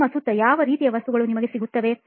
ನಿಮ್ಮ ಸುತ್ತ ಯಾವ ರೀತಿಯ ವಸ್ತುಗಳು ನಿಮಗೆ ಸಿಗುತ್ತವೆ